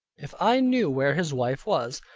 if i knew where his wife was?